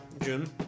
June